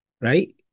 Right